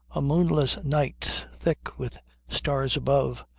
a moonless night, thick with stars above,